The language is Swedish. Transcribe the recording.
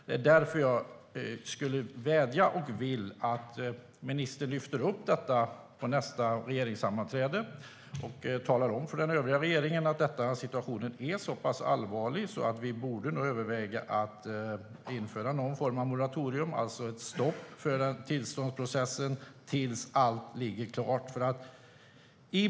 Det är därför jag vädjar till ministern och vill att hon lyfter upp detta på nästa regeringssammanträde och talar om för den övriga regeringen att situationen är så pass allvarlig att vi borde överväga att införa någon form av moratorium, alltså ett stopp för tillståndsprocessen tills allt ligger klart.